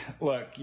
look